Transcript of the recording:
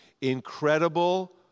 incredible